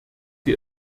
sie